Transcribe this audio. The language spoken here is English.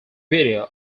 video